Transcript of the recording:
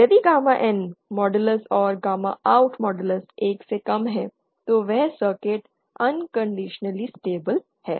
यदि gamma N मॉडलस और गामा OUT मॉडलस 1 से कम है तो वह सर्किट अनकंडिशनली स्टेबल है